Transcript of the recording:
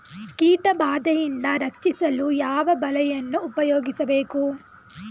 ಕೀಟಬಾದೆಯಿಂದ ರಕ್ಷಿಸಲು ಯಾವ ಬಲೆಯನ್ನು ಉಪಯೋಗಿಸಬೇಕು?